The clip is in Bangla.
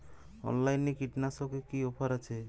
অনলাইনে কীটনাশকে কি অফার আছে?